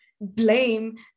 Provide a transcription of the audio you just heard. blame